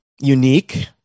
unique